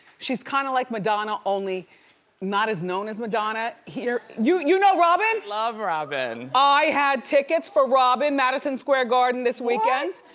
she's kinda like madonna only not as known as madonna here. you you know robyn? i love robyn. i had tickets for robyn, madison square garden this weekend.